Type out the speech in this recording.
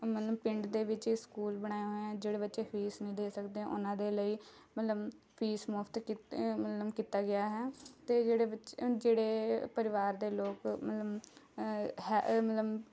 ਮਤਲਬ ਪਿੰਡ ਦੇ ਵਿੱਚ ਹੀ ਸਕੂਲ ਬਣਾਇਆ ਹੋਇਆ ਜਿਹੜੇ ਬੱਚੇ ਫ਼ੀਸ ਨਹੀਂ ਦੇ ਸਕਦੇ ਉਹਨਾਂ ਦੇ ਲਈ ਮਤਲਬ ਫ਼ੀਸ ਮੁਫ਼ਤ ਕੀਤੀ ਮਤਲਬ ਕੀਤਾ ਗਿਆ ਹੈ ਅਤੇ ਜਿਹੜੇ ਬੱਚੇ ਜਿਹੜੇ ਪਰਿਵਾਰ ਦੇ ਲੋਕ ਮਤਲਬ ਹੈ ਮਤਲਬ